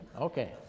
Okay